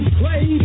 play